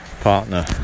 partner